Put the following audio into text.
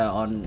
on